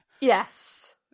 Yes